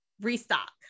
restock